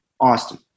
Austin